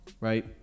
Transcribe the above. right